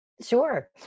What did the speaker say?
Sure